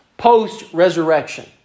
post-resurrection